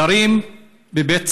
וגרים בבית צפאפא,